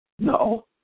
No